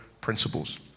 principles